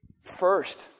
first